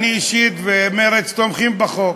אני אישית ומרצ תומכים בחוק.